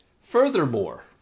Furthermore